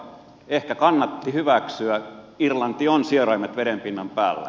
ehkä kannatti hyväksyä irlanti on sieraimet veden pinnan päällä